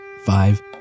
Five